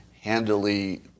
handily